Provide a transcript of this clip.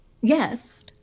Yes